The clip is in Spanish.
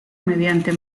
mediante